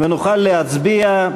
ונוכל להצביע.